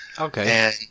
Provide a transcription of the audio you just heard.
Okay